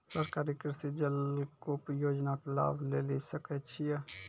सरकारी कृषि जलकूप योजना के लाभ लेली सकै छिए?